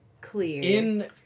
clear